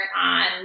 on